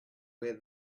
where